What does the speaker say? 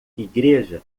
igreja